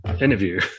interview